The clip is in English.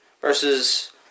versus